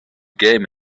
game